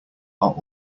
are